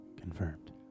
Confirmed